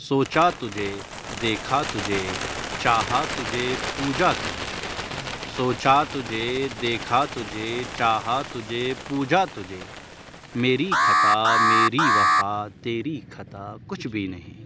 سوچا تجھے دیکھا تجھے چاہا تجھے پوجا تجھے سوچا تجھے دیکھا تجھے چاہا تجھے پوجا تجھے میری خطا میری وفا تیری خطا کچھ بھی نہیں